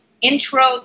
intro